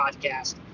Podcast